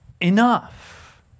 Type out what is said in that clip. enough